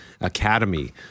Academy